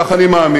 כך אני מאמין,